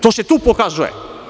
To se tu pokazuje.